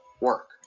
work